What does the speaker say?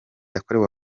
yakorewe